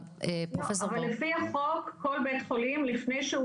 אבל פרופ' --- לפי החוק כל בית חולים לפני שהוא